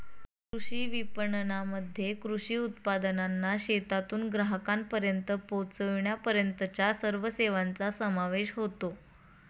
कृषी विपणनामध्ये कृषी उत्पादनांना शेतातून ग्राहकांपर्यंत पोचविण्यापर्यंतच्या सर्व सेवांचा समावेश होतो